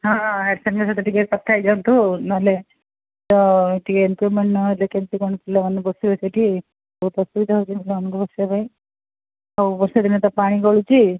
ହଁ ଆସିଥିଲେ ତ ଟିକେ କଥା ହେଇଯାଆନ୍ତୁ ନହେଲେ ତ ଟିକେ ଇମ୍ପ୍ରୁଭମେଣ୍ଟ୍ ନହେଲେ କେମତି କ'ଣ ପିଲାମାନେ ବସିବେ ସେଠି ବହୁତ ଅସୁବିଧା ହେଉଛି ପିଲାମାନଙ୍କୁ ବସିବାପାଇଁ ଆଉ ବର୍ଷାଦିନେ ତ ପାଣି ଗଳୁଛି